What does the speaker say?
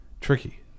Tricky